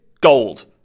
gold